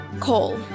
Coal